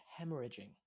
hemorrhaging